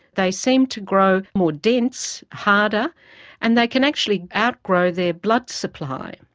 they seem to grow more dense, harder and they can actually outgrow their blood supply.